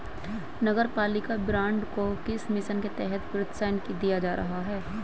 नगरपालिका बॉन्ड को किस मिशन के तहत प्रोत्साहन दिया जा रहा है?